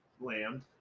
land